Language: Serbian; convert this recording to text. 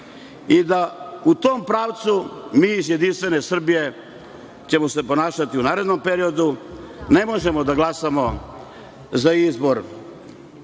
i da u tom pravcu mi iz Jedinstvene Srbije ćemo se ponašati u narednom periodu. Ne možemo da glasamo za izbor